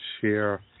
share